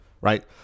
right